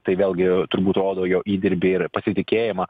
tai vėlgi turbūt rodo jo įdirbį ir pasitikėjimą